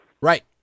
Right